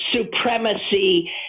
supremacy